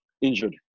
injured